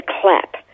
clap